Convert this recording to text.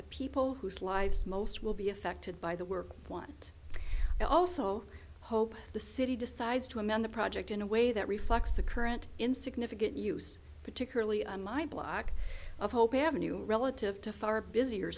the people whose lives most will be affected by the work one that i also hope the city decides to amend the project in a way that reflects the current in significant use particularly on my block of hope avenue relative to far busier